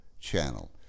channel